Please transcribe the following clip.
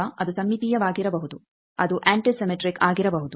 ಈಗ ಅದು ಸಮ್ಮಿತೀಯವಾಗಿರಬಹುದು ಅದು ಆಂಟಿಸಿಮೆಟ್ರಿಕ್ ಆಗಿರಬಹುದು